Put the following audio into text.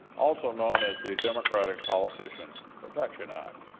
also known as the democratic politician protection act.